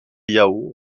yao